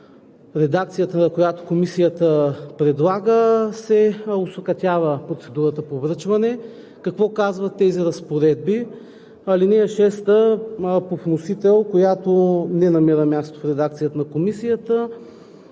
редакцията, която Комисията предлага, се осакатява процедурата по връчване. Какво казват тези разпоредби? Алинея 6 по вносител, която не намира място в редакцията на Комисията,